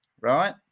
Right